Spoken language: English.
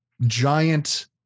giant